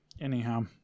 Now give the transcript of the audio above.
Anyhow